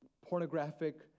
pornographic